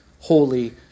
holy